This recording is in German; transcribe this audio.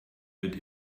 wird